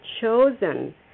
chosen